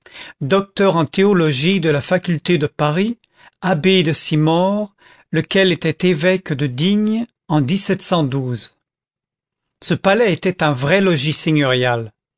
docteur en théologie de la faculté de paris abbé de simore lequel était évêque de digne en ce palais était un vrai logis